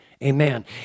Amen